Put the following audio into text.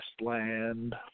land